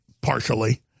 partially